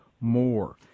more